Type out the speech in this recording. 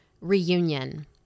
reunion